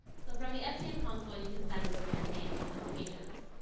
so from the fcm console you can send those campaigns, those notifications.